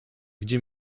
gdzie